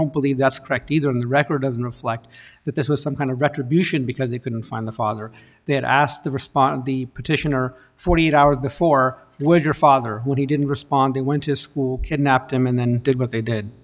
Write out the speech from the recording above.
don't believe that's correct either in the record doesn't reflect that this was some kind of retribution because they couldn't find the father then asked to respond the petitioner forty eight hours before would your father who he didn't respond to went to school kidnapped him and then did what they did